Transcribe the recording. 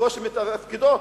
בקושי מתפקדות,